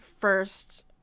first